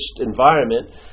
environment